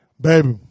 Baby